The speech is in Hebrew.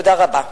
תודה רבה.